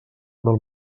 del